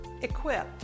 Equip